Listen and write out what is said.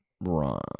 Ron